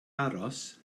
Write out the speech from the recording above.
aros